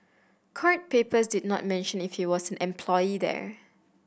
court papers did not mention if he was an employee there